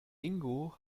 ingo